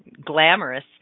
glamorous